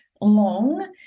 long